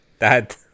dad